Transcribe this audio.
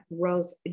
growth